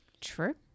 True